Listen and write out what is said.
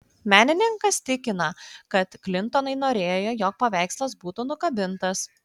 menininkas tikina kad klintonai norėjo jog paveikslas būtų nukabintas